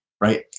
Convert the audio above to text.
right